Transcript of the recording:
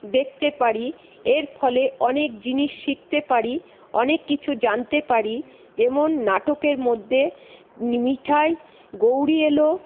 দেখতে পারি এর ফলে অনেক জিনিস শিখতে পারি অনেক কিছু জানতে পারি যেমন নাটকের মধ্যে মিঠাই গৌরী এলো